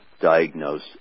diagnose